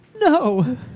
No